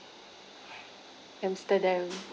amsterdam